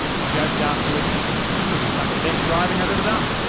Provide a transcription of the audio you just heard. he joked afterwards this is some of the best driving i've ever done.